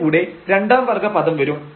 ന്റെ കൂടെ രണ്ടാം വർഗ്ഗ പദം വരും